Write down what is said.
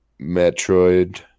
Metroid